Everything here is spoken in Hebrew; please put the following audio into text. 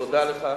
תודה לך.